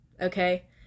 okay